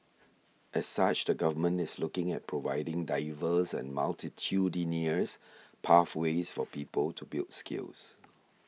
as such the Government is looking at providing diverse and multitudinous pathways for people to build skills